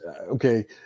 okay